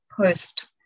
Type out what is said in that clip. post